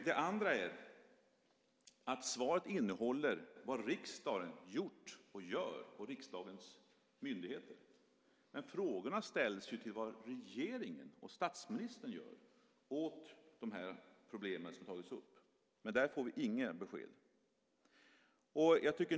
Det andra är att svaret innehåller vad riksdagen och riksdagens myndigheter gjort och gör. Men frågorna gäller ju vad regeringen och statsministern gör åt de problem som tagits upp. Där får vi inga besked.